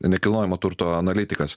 nekilnojamo turto analitikas